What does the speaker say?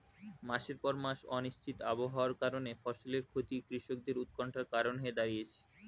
মাসের পর মাস অনিশ্চিত আবহাওয়ার কারণে ফসলের ক্ষতি কৃষকদের উৎকন্ঠার কারণ হয়ে দাঁড়িয়েছে